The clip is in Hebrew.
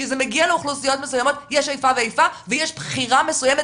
כשזה מגיע לאוכלוסיות מסוימות יש איפה ואיפה ויש בחירה מסוימת